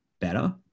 better